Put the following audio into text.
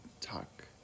talk